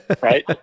Right